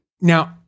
Now